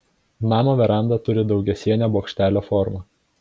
namo veranda turi daugiasienio bokštelio formą